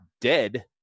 dead